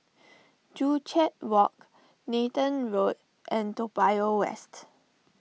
Joo Chiat Walk Nathan Road and Toa Payoh West